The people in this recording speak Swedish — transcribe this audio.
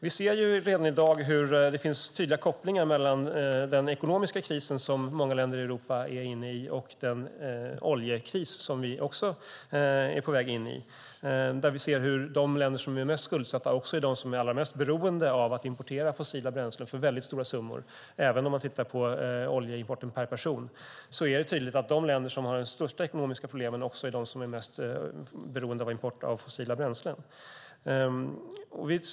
Vi ser redan i dag hur det finns tydliga kopplingar mellan den ekonomiska krisen som många länder i Europa är inne i och den oljekris som vi också är på väg in i. Vi ser hur de länder som är mest skuldsatta också är de som är allra mest beroende av att importera fossila bränslen för väldigt stora summor. Även om man tittar på oljeimporten per person är det tydligt att de länder som har de största ekonomiska problemen också är de som är mest beroende av import av fossila bränslen.